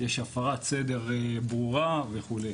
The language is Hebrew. יש הפרת סדר ברורה וכו'.